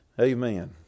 Amen